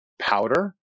powder